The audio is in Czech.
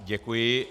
Děkuji.